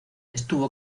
estuvo